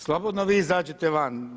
Slobodno vi izađete van.